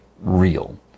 real